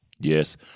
Yes